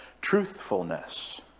truthfulness